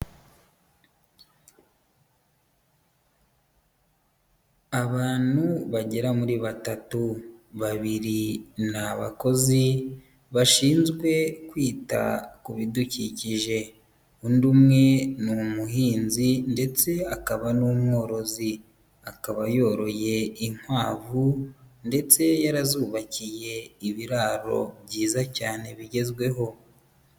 Abantu bagera muri batatu. Babiri ni abakozi bashinzwe kwita ku bidukikije. Undi umwe ni umuhinzi ndetse akaba n'umworozi. Akaba yoroye inkwavu ndetse yarazubakiye ibiraro byiza cyane bigezweho.